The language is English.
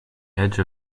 edge